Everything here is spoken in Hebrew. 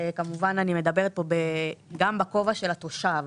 כמובן, אני מדברת פה גם בכובע של התושב.